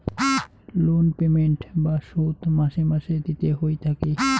loan payment বা শোধ মাসে মাসে দিতে হই থাকি